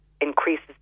Increases